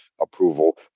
approval